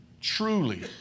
truly